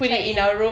check in